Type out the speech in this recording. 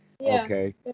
Okay